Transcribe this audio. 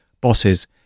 bosses